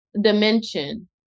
dimension